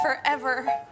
forever